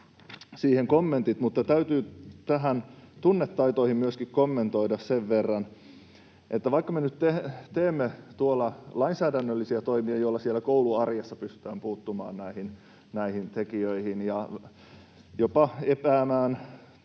siihen kommentit. Mutta täytyy näihin tunnetaitoihin myöskin kommentoida sen verran, että vaikka me nyt teemme lainsäädännöllisiä toimia, joilla siellä kouluarjessa pystytään puuttumaan näihin tekijöihin ja jopa epäämään